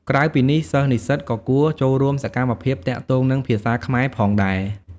ក្រៅពីនេះ សិស្សនិស្សិតក៏គួរ ចូលរួមសកម្មភាពទាក់ទងនឹងភាសាខ្មែរផងដែរ។